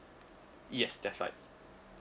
yes that's right